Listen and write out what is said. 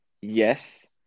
yes